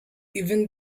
even